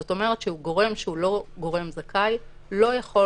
זאת אומרת שגורם שהוא לא גורם זכאי לא יכול